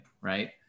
right